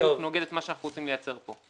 בדיוק נוגד את מה שאנחנו רוצים לייצר פה.